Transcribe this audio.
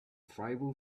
tribal